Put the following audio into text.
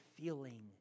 feeling